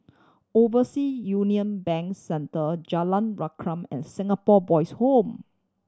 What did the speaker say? Oversea Union Bank Center Jalan Rukam and Singapore Boys' Home